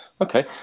Okay